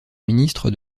ministre